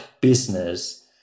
business